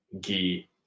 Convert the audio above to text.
ghee